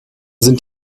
sind